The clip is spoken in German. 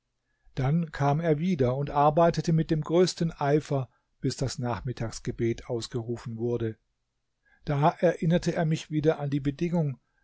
dann kam er wieder und arbeitete mit dem größten eifer bis das nachmittagsgebet ausgerufen wurde da erinnerte er mich wieder an die bedingung